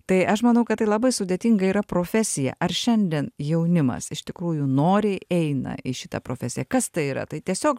tai aš manau kad tai labai sudėtinga yra profesija ar šiandien jaunimas iš tikrųjų noriai eina į šitą profesiją kas tai yra tai tiesiog